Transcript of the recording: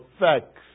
effects